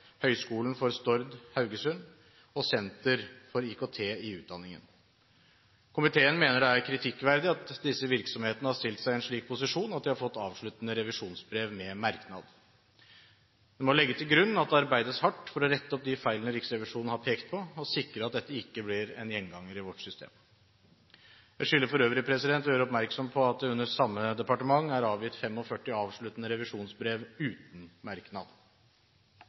og Senter for IKT i utdanningen. Komiteen mener det er kritikkverdig at disse virksomhetene har stilt seg i en slik posisjon at de har fått avsluttende revisjonsbrev med merknad. En må legge til grunn at det arbeides hardt for å rette opp de feilene Riksrevisjonen har pekt på, og sikre at dette ikke blir en gjenganger i vårt system. Jeg skylder for øvrig å gjøre oppmerksom på at det til samme departement er avgitt 45 avsluttende revisjonsbrev uten merknad.